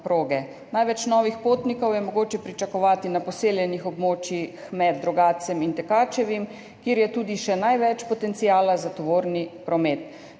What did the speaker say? Največ novih potnikov je mogoče pričakovati na poseljenih območjih med Rogatcem in Tekačevim, kjer je tudi še največ potenciala za tovorni promet.